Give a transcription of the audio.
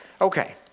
Okay